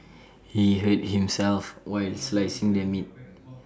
he hurt himself while slicing the meat